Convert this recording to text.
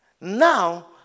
Now